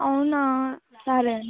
అవునా సరే అండి